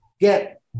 get